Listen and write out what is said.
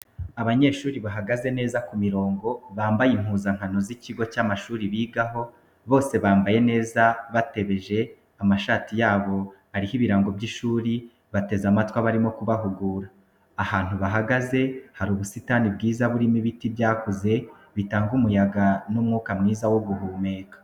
Abanyeshuri bahagaze neza ku mirongo bambaye impuzankano z'ikigo cy'amashuri bigaho bose bambaye neza batebeje, amashati yabo ariho ibirango by'ishuri bateze amatwi abarimo kubahugura, ahantu bahagaze hari ubusitani bwiza burimo ibiti byakuze bitanga umuyaga n'umwuka mwiza wo guhumeka.